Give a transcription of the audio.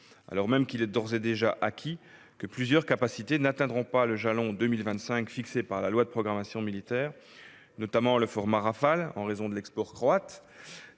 alors même qu'il est d'ores et déjà acquis que plusieurs capacités n'atteindront pas le jalon 2025 fixé par la LPM : notamment le format Rafale, en raison de l'export croate